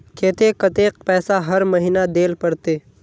केते कतेक पैसा हर महीना देल पड़ते?